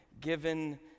given